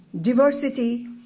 diversity